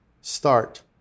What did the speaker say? start